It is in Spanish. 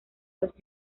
los